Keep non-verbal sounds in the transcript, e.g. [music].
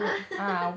[laughs]